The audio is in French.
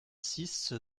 six